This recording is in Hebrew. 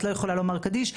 את לא יכולה לומר קדיש,